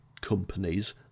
companies